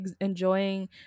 enjoying